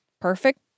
perfect